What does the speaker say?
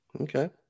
Okay